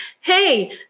hey